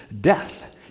death